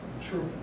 True